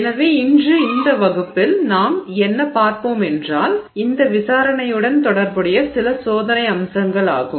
எனவே இன்று இந்த வகுப்பில் நாம் என்ன பார்ப்போம் என்றால் இந்த விசாரணையுடன் தொடர்புடைய சில சோதனை அம்சங்கள் ஆகும்